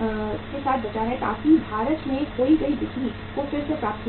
है ताकि भारत में खोई हुई बिक्री को फिर से प्राप्त किया जा सके